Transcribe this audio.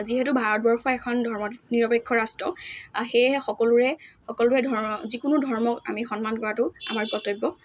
যিহেতু ভাৰতবৰ্ষ এখন ধৰ্ম নিৰপেক্ষ ৰাষ্ট্ৰ সেয়েহে সকলোৰে সকলোৰে ধৰ্ যিকোনো ধৰ্মক আমি সন্মান কৰাটো আমাৰ কৰ্তব্য